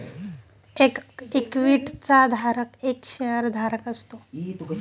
एक इक्विटी चा धारक एक शेअर धारक असतो